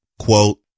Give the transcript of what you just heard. quote